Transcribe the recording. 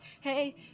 hey